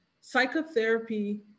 psychotherapy